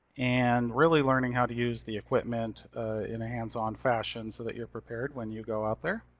and really learning how to use the equipment in a hands-on fashion, so that you're prepared when you go out there.